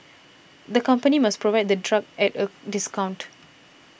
the company must provide the drug at a discount